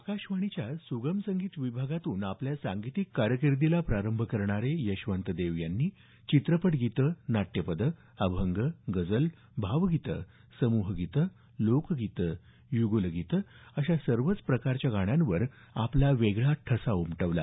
आकाशवाणीच्या सुगम संगीत विभागातून आपल्या सांगितिक कारकिर्दीला प्रारंभ करणारे यशवंत देव यांनी चित्रपटगीत नाट्यपद अभंग गजल भावगीत समूहगीत लोकगीत यूगूलगीत अशा सर्वच प्रकारच्या गाण्यांवर आपला वेगळा ठसा उमटवला